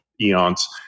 eons